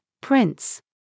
prince